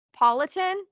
politan